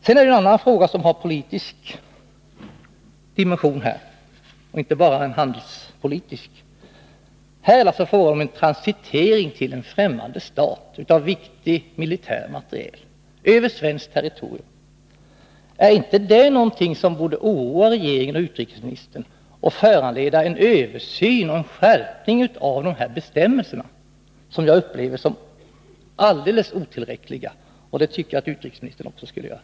Sedan vill jag ta upp en fråga som har politisk dimension och då inte bara handelspolitisk. Här är det fråga om transitering till en främmande stat av viktig militär materiel över svenskt territorium. Är inte det någonting som borde oroa regeringen och utrikesministern och föranleda en översyn och skärpning av bestämmelserna? Jag upplever dem som alldeles otillräckliga, och det tycker jag att utrikesministern också borde göra.